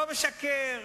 לא משקר,